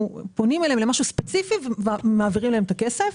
פונים אליהם למשהו ספציפי ומעבירים להם את הכסף.